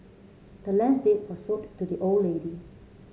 the land's deed was sold to the old lady